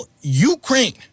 Ukraine